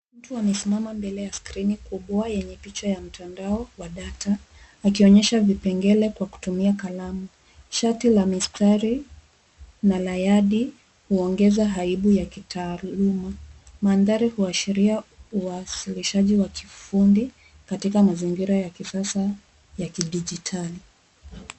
Mtu amesimama mbele ya skrini kubwa yenye picha ya mtandao wa data akionyesha vipengele kwa kutumia kalamu. Shati la mistari na la yadi huongeza haibu ya kitaaluma. Mandhari huashiria uwasilishaji wa kifundi katika mazingira ya kisasa ya kidijitali.